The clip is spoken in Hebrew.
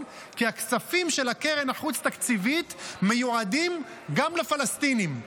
כי הכספים של הקרן החוץ-תקציבית מיועדים גם לפלסטינים.